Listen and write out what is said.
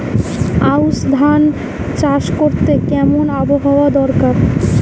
আউশ ধান চাষ করতে কেমন আবহাওয়া দরকার?